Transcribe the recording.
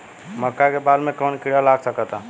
मका के बाल में कवन किड़ा लाग सकता?